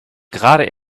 gerade